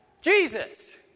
Jesus